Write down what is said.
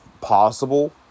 possible